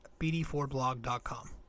bd4blog.com